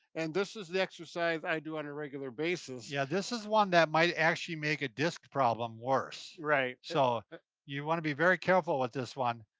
and this is the exercise i do on a regular basis. yeah, this is one that might actually make a disc problem worse. right. so you wanna be very careful with this one.